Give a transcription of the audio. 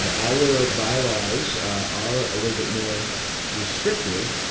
our bylaws are a little bit more restrictive.